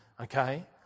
okay